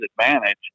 advantage